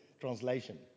translation